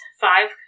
five